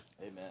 Amen